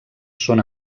són